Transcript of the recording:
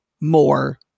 more